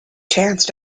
chance